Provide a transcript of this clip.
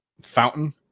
fountain